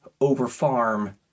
over-farm